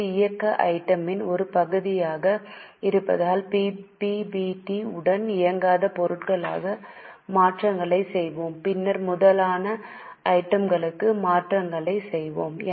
இது இயக்க ஐட்டம் யின் ஒரு பகுதியாக இருப்பதால் பிபிடி உடன் இயங்காத பொருட்களுக்கான மாற்றங்களைச் செய்வோம் பின்னர் மூலதன ஐட்டம் களுக்கு மாற்றங்களைச் செய்வோம்